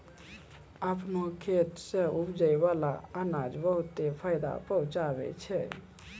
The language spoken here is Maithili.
आपनो खेत सें उपजै बाला अनाज बहुते फायदा पहुँचावै छै